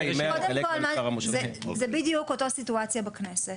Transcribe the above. זה בדיוק כמו בכנסת.